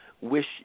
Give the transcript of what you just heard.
Wish